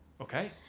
okay